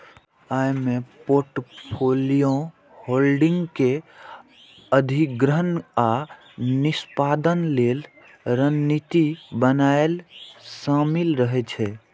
अय मे portfolio holding के अधिग्रहण आ निष्पादन लेल रणनीति बनाएब शामिल रहे छै